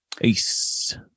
Ace